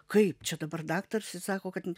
kaip čia dabar daktaras sako kad